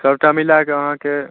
सबटा मिलाकय अहाँके